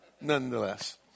nonetheless